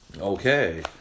Okay